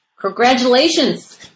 Congratulations